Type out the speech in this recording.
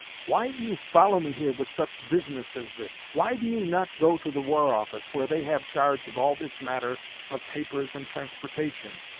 why do you follow me here with such business as this? why do you not go to the war-office, where they have charge of all this matter of papers and transportation?